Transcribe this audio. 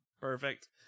Perfect